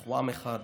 אנחנו עם אחד.